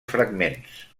fragments